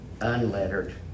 unlettered